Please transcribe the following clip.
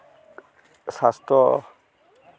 ᱥᱟᱥᱛᱚ